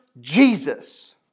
Jesus